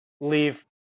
leave